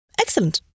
Excellent